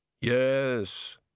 Yes